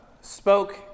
spoke